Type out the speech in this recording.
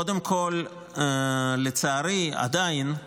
קודם כול, לצערי, עדיין,